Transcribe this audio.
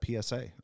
PSA